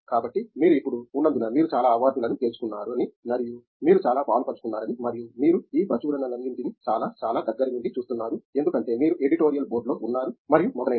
కాబట్టి మీరు ఇప్పుడు ఉన్నందున మీరు చాలా అవార్డులను గెలుచుకున్నారని మరియు మీరు చాలా పాలుపంచుకున్నారని మరియు మీరు ఈ ప్రచురణలన్నింటినీ చాలా చాలా దగ్గరి నుండి చూస్తున్నారు ఎందుకంటే మీరు ఎడిటోరియల్ బోర్డులో ఉన్నారు మరియు మొదలైనవి